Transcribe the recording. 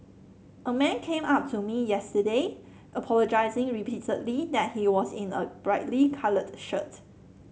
a man came up to me yesterday apologising repeatedly that he was in a brightly coloured shirt